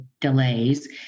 delays